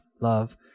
love